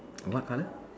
what colour